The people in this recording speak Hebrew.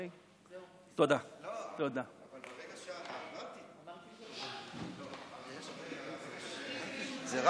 זה רץ מהר, אין